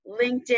LinkedIn